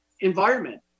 environment